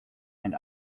and